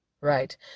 Right